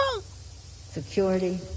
security